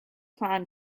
han